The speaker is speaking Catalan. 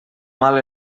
mal